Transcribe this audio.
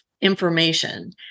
information